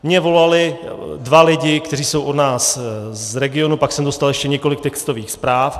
Mně volali dva lidé, kteří jsou od nás z regionu, pak jsem dostal ještě několik textových zpráv.